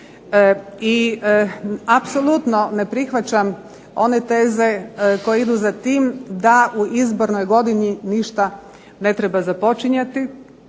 i apsolutno ne prihvaćam one teze koje idu za tim da u izbornoj godini ništa ne treba započinjati,